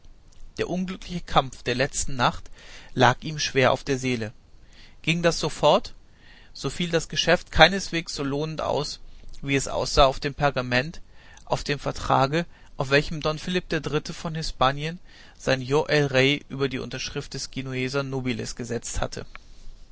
der unglückliche kampf der letzten nacht lag ihm schwer auf der seele ging das so fort so fiel das geschäft keineswegs so lohnend aus wie es aussah auf dem pergament auf dem vertrage auf welchem don philipp der dritte von hispanien sein yo el rey über die unterschrift des genueser nobiles gesetzt hatte